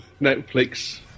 Netflix